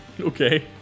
Okay